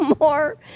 more